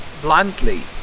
bluntly